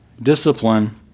discipline